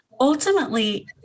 ultimately